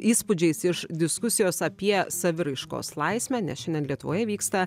įspūdžiais iš diskusijos apie saviraiškos laisvę nes šiandien lietuvoje vyksta